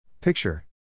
Picture